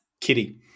Kitty